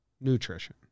Nutrition